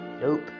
Nope